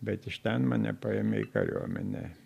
bet iš ten mane paėmė į kariuomenę